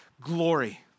glory